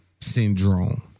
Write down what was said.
syndrome